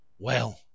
Well